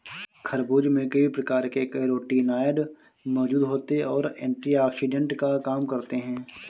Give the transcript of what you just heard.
खरबूज में कई प्रकार के कैरोटीनॉयड मौजूद होते और एंटीऑक्सिडेंट का काम करते हैं